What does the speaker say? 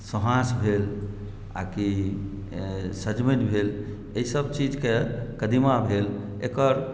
सोहाँस भेल आकि सजमनि भेल एहिसभ चीजकेँ कदीमा भेल एकर